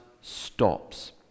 stops